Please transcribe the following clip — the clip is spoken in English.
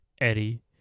Eddie